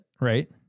right